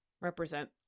represent